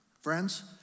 Friends